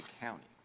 county